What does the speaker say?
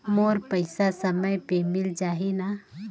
मोर पइसा समय पे मिल जाही न?